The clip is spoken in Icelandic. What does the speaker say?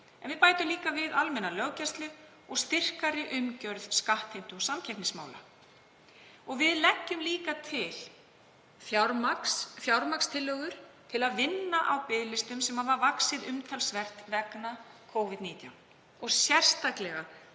en við bætum líka við í almenna löggæslu og styrkari umgjörð skattheimtu og samkeppnismála. Við leggjum líka til fjármagnstillögur til að vinna á biðlistum sem hafa vaxið umtalsvert vegna Covid-19. Sérstaklega